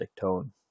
tone